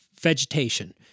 vegetation